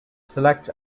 select